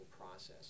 process